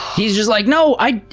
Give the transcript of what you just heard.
he's just like, no, i,